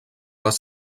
les